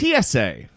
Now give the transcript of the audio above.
TSA